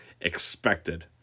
expected